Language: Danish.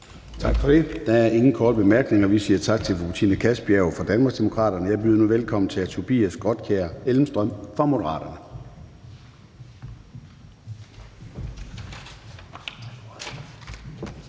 Tak for det. Der er ingen korte bemærkninger, og vi siger tak til fru Betina Kastbjerg fra Danmarksdemokraterne. Jeg byder nu velkommen til hr. Tobias Grotkjær Elmstrøm fra Moderaterne.